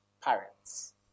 parents